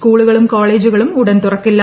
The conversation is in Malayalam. സ്കൂളുകളും കോളേജുകളും ഉടൻ തുറക്കില്ല